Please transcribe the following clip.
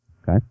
Okay